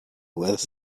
with